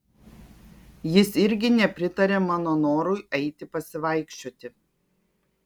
jis irgi nepritarė mano norui eiti pasivaikščioti